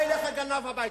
בא אליך גנב הביתה,